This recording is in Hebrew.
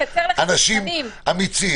לצערי, אין שום דרך לעשות את זה.